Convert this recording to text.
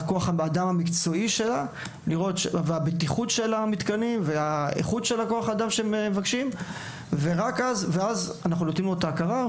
ומבחינת כוח האדם המקצועי שלה ואיכותו ורק אז אנחנו נותנים לו את ההכרה.